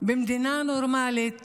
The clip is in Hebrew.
במדינה נורמלית